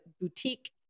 boutique